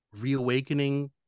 reawakening